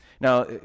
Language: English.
Now